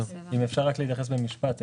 אם אפשר רק להתייחס במשפט,